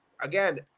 again